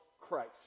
Christ